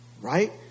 right